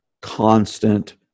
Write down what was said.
constant